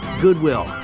goodwill